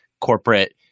corporate